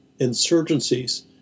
insurgencies